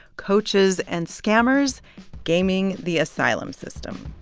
coaches and scammers gaming the asylum system